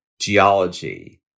geology